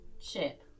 ship